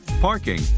parking